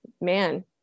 Man